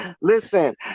Listen